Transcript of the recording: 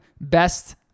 best